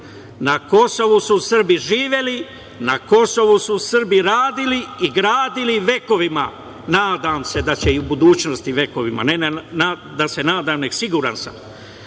Na Kosovo su Srbi živeli, na Kosovu su Srbi radili i gradili vekovima, nadam se da će i u budućnosti, vekovima, ne da se nadam nego siguran